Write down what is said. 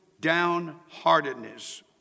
downheartedness